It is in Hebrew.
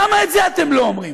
למה את זה אתם לא אומרים?